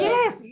Yes